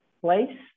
place